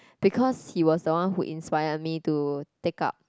because he was the one who inspired me to take up